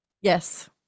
Yes